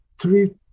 Three